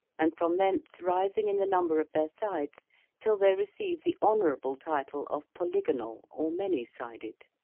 and from thence rising in the number of their sides till they receive the honourable title of polygonal, or many-sided.